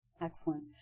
Excellent